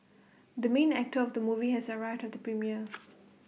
the main actor of the movie has arrived at the premiere